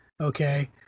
Okay